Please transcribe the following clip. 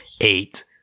eight